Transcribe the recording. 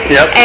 Yes